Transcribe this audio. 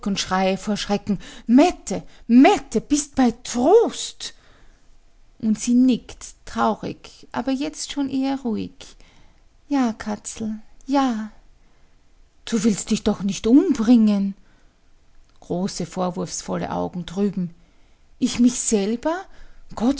schreie vor schrecken mette mette bist bei trost und sie nickt traurig aber jetzt schon eher ruhig ja katzel ja du willst dich doch nicht umbringen große vorwurfsvolle augen drüben ich mich selber gott